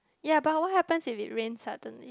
ya but what happens if it rain suddenly